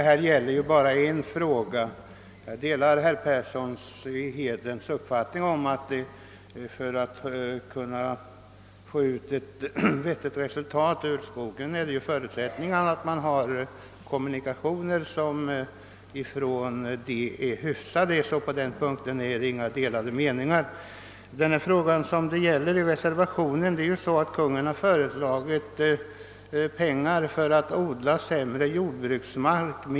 Herr talman! Jag delar herr Perssons i Heden uppfattning att förutsättningen för att man skall kunna få ut ett vettigt resultat av skogsbruket är att man har hyggliga kommunikationer. På denna punkt råder alltså inga delade meningar. Den fråga som tagits upp i reservationen gäller det belopp som enligt Kungl. Maj:ts förslag skulle användas för odling av skog på sämre jordbruksmark.